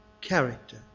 Character